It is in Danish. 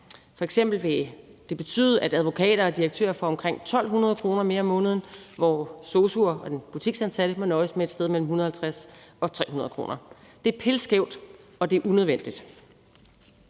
F.eks. vil det betyde, at advokater og direktører får omkring 1.200 kr. kroner mere om måneden, hvor sosu'er og de butiksansatte må nøjes med et sted men 150 og 300 kr. Det er pilskævt, og det er unødvendigt.